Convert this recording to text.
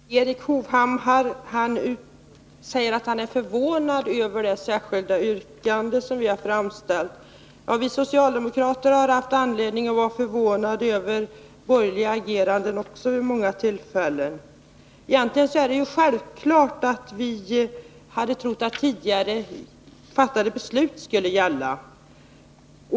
Fru talman! Erik Hovhammar säger att han är förvånad över det särskilda yrkande som vi har framställt. Vi socialdemokrater har också haft anledning att vara förvånade över borgerliga ageranden vid många tillfällen. Egentligen är det självklart att man tror att tidigare fattade beslut skall gälla.